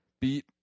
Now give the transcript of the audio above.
Beat